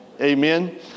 Amen